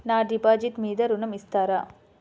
నా డిపాజిట్ మీద ఋణం ఇస్తారా?